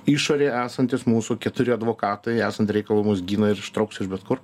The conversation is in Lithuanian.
išorėj esantys mūsų keturi advokatai esant reikalui mus gina ir ištrauks iš bet kur